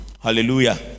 Hallelujah